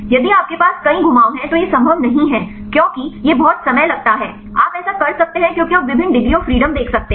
यदि आपके पास कई घुमाव हैं तो यह संभव नहीं है क्योंकि यह बहुत समय लगता है आप ऐसा कर सकते हैं क्योंकि आप विभिन्न डिग्री ऑफ़ फ्रीडम देख सकते हैं